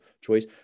choice